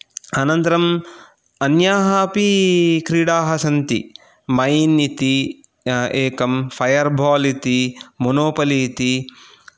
अनन्तरम् अन्याः अपि क्रीडाः सन्ति मैन् इति एकं फायर् बाल् इति मनोपली इति